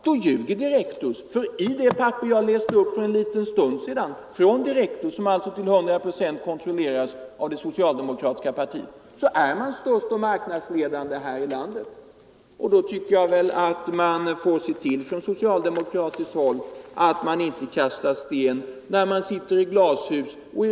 Då ljuger Direktus, för enligt det papper som jag läste upp för en stund sedan är Direktus, som till 100 procent kontrolleras av det socialdemokratiska partiet, störst och marknadsledande här i landet. Man får väl från socialdemokratiskt håll se till att inte kasta sten när man sitter i glashus.